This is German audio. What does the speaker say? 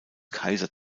kaiser